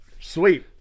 Sweet